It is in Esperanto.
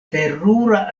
terura